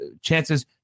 chances